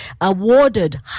awarded